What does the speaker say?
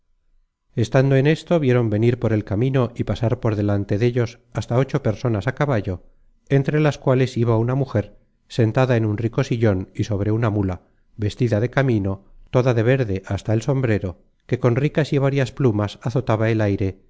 estando en esto vieron venir por el camino y pasar por delante dellos hasta ocho personas á caballo entre las cuales iba una mujer sentada en un rico sillon y sobre una mula vestida de camino toda de verde hasta el sombrero que el content from google book search generated at con ricas y várias plumas azotaba el aire